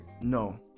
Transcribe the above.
No